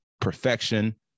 perfection